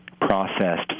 processed